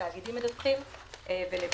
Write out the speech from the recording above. לתאגידים מדווחים ולבורסה,